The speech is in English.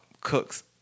cooks